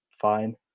fine